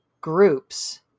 groups